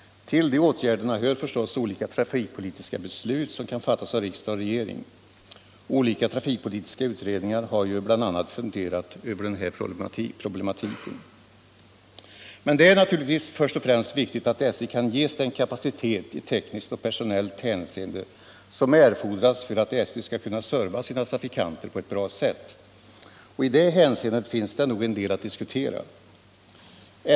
Till de åtgärderna hör förstås olika trafikpolitiska beslut, som kan fattas av riksdag och regering. Olika trafikpolitiska utredningar har ju bl.a. funderat över den här problematiken. Men det är naturligtvis först och främst viktigt att SJ kan ges den kapacitet i tekniskt och personellt hänseende som erfordras för att SJ skall kunna serva sina trafikanter på ett bra sätt. I det hänseendet finns det nog en del att diskutera.